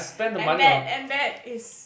and that and that is